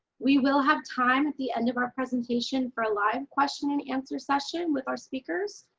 we will have time at the end of our presentation for a live question and answer session with our speakers.